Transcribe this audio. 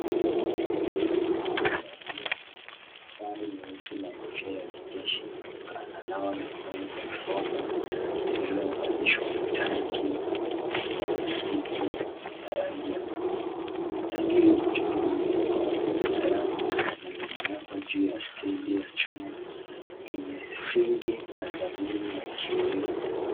Mlinzi aliyevalia sare nyeusi na kofia ya kijeshi ananawa mikono kwenye bomba lilo unganishwa na tanki ya plastiki la rangi ya buluu. Tanki limechorwa mikono ya rangi na limewekwa juu ya stendi ya chuma yenye sinki na sabuni ya kiwivu.